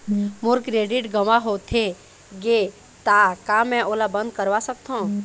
मोर credit गंवा होथे गे ता का मैं ओला बंद करवा सकथों?